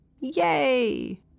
Yay